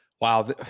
Wow